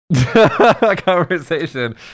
conversation